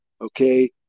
okay